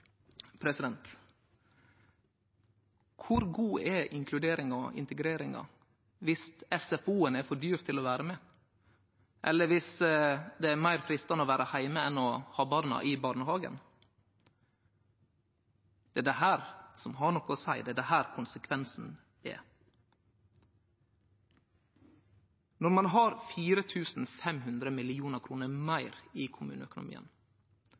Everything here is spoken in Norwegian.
Kor god er inkluderinga og integreringa viss SFO-en er for dyr til at ein kan vere med, eller viss det er meir freistande å vere heime enn å ha barna i barnehagen? Det er dette som har noko å seie, det er dette som er konsekvensen. Når ein har 4 500 mill. kr meir i kommuneøkonomien,